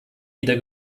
wieder